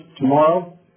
tomorrow